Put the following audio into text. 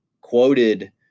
quoted